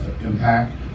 Impact